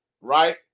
right